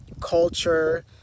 culture